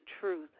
truth